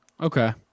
Okay